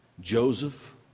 Joseph